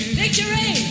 victory